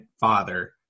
father